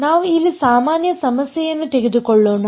ನಾವು ಇಲ್ಲಿ ಸಾಮಾನ್ಯ ಸಮಸ್ಯೆಯನ್ನು ತೆಗೆದುಕೊಳ್ಳೋಣ